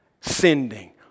sending